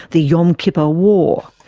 the yom kippur war.